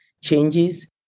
changes